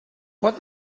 what